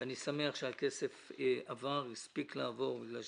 ואני שמח שהכסף עבר, הספיק לעבור כי אלה